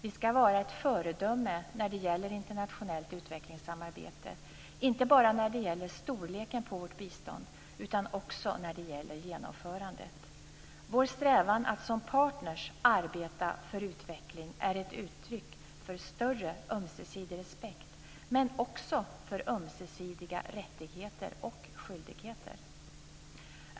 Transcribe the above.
Vi ska vara ett föredöme när det gäller internationellt utvecklingssamarbete, inte bara när det gäller storleken på vårt bistånd, utan också när det gäller genomförandet. Vår strävan att som partner arbeta för utveckling är ett uttryck för större ömsesidig respekt, men också för ömsesidiga rättigheter och skyldigheter.